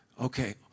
okay